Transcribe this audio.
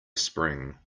spring